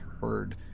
heard